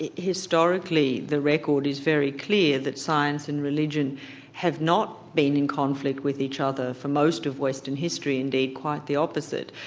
historically the record is very clear that science and religion have not been in conflict with each other for most of western history, indeed quite the opposite.